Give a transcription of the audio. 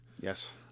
Yes